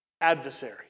adversary